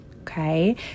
okay